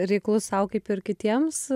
reiklus sau kaip ir kitiems